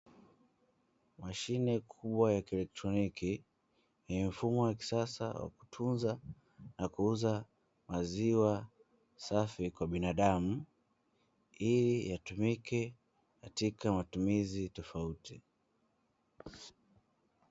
Mashine kubwa ya kielektroniki ni mfumo wa kisasa wa kutunza na kuuza maziwa safi kwa binadamu, ili yatumike katika matumizi tofauti.